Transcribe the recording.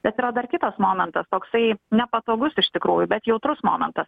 bet yra dar kitas momentas toksai nepatogus iš tikrųjų bet jautrus momentas